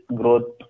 growth